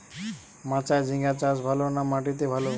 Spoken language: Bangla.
মাচায় ঝিঙ্গা চাষ ভালো না মাটিতে ভালো?